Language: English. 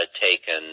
taken